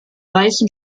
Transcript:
weißen